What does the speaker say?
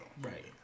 Right